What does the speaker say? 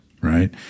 Right